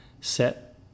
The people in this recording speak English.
Set